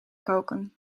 koken